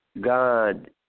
God